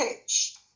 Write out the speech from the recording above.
pitch